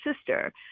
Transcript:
sister